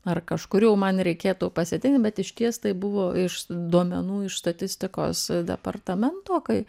ar kažkurių man reikėtų pasitiklint bet išties tai buvo iš duomenų iš statistikos departamento kai